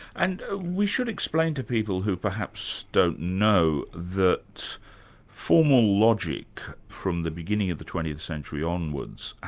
and we should explain to people who perhaps don't know that formal logic from the beginning of the twentieth century onwards,